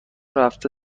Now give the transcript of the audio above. رفته